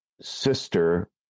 sister